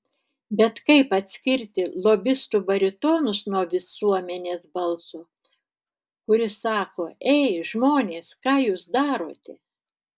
bet kaip atskirti lobistų baritonus nuo visuomenės balso kuris sako ei žmonės ką jūs darote